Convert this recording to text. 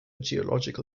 geological